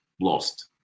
lost